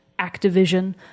Activision